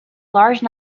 large